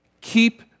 keep